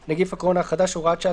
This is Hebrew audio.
עם נגיף הקורונה החדש (הוראת שעה),